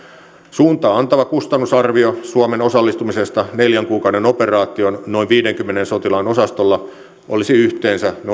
suuntaa antava kustannusarvio suomen osallistumisesta neljän kuukauden operaatioon noin viiteenkymmeneen sotilaan osastolla olisi yhteensä noin